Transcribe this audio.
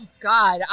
God